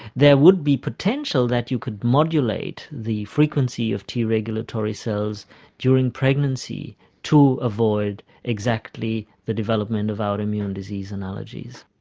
there would be potential that you could modulate the frequency of t regulatory cells during pregnancy to avoid exactly the development of autoimmune disease and allergies.